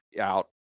out